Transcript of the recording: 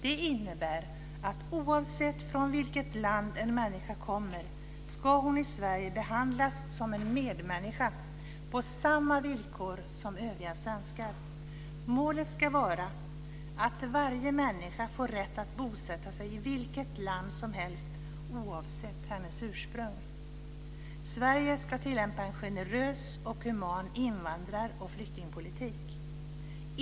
Det innebär att oavsett från vilket land en människa kommer ska hon i Sverige behandlas som en medmänniska på samma villkor som övriga svenskar. Målet ska vara att varje människa får rätt att bosätta sig i vilket land som helst oavsett hennes ursprung. Sverige ska tillämpa en generös och human invandrar och flyktingpolitik.